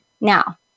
Now